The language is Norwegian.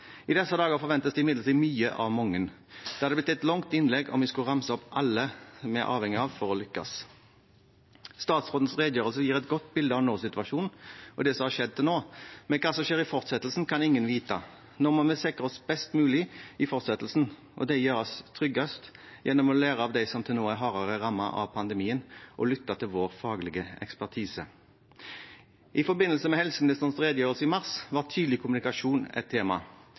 I disse dager forventes det imidlertid mye av mange. Det hadde blitt et langt innlegg om jeg skulle ha ramset opp alle vi er avhengig av for å lykkes. Statsrådens redegjørelse gir et godt bilde av nåsituasjonen og det som har skjedd til nå, men hva som skjer i fortsettelsen, kan ingen vite. Nå må vi sikre oss best mulig i fortsettelsen, og det gjøres tryggest gjennom å lære av dem som til nå er hardere rammet av pandemien, og lytte til vår faglige ekspertise. I forbindelse med helseministerens redegjørelse i mars var tydelig kommunikasjon et tema.